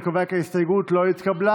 אני קובע כי ההסתייגות לא התקבלה.